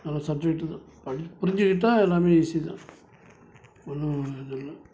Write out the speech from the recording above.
நல்ல சப்ஜெட்டு தான் படி புரிஞ்சிக்கிட்டால் எல்லாமே ஈஸி தான் ஒன்றும் எதுவும் இல்லை